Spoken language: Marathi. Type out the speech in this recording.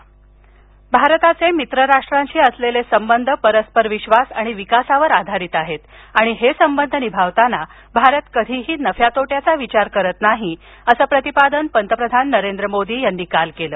मॉरीशस भारताचे मित्र राष्ट्रांशी असलेले संबंध परस्पर विश्वास आणि विकासावर आधारित आहेत आणि हे संबंध निभावताना भारत कधीही नफ्यातोट्याचा विचार करत नाही असं प्रतिपादन पंतप्रधान नरेंद्र मोदी यांनी काल केलं